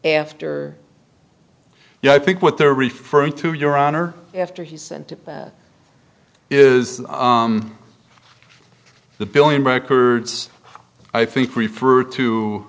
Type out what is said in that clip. after yeah i think what they're referring to your honor after he sent that is the billing records i think refer to